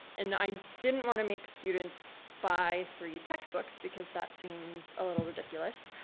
and i didn't want to make students buy three textbooks because that seems a little ridiculous.